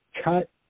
cut